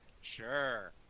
sure